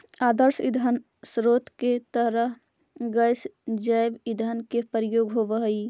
आदर्श ईंधन स्रोत के तरह गैस जैव ईंधन के प्रयोग होवऽ हई